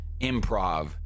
improv